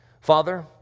Father